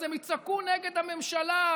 אז הם יצעקו נגד הממשלה,